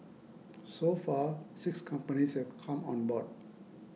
so far six companies have come on board